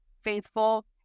faithful